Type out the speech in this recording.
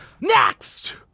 Next